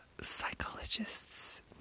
psychologists